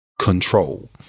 control